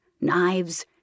knives